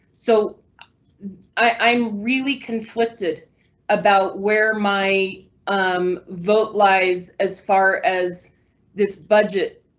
so i i'm really conflicted about where my um vote lies. as far as this budget,